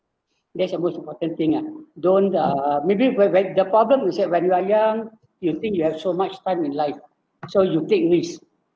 that's the most important thing ah don't uh maybe where where the problem is that when you are young you think you have so much time in life so you take risk